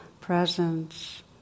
presence